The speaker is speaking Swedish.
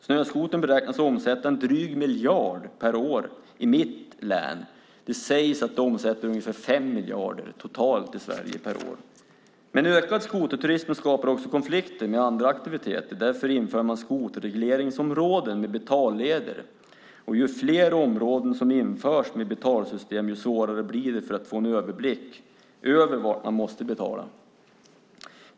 Snöskoterturismen beräknas omsätta en dryg miljard per år i mitt län. Det sägs att den omsätter ungefär 5 miljarder totalt i Sverige per år. Men en ökad skoterturism skapar också konflikter med andra aktiviteter. Därför inför man skoterregleringsområden med betalleder. Ju fler områden som införs med betalsystem desto svårare blir det att få en överblick över var man måste betala.